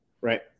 Right